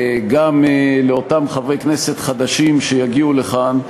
גם לאותם חברי כנסת חדשים שיגיעו לכאן,